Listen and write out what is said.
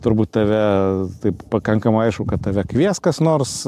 turbūt tave taip pakankamai aišku kad tave kvies kas nors